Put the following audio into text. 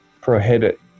prohibit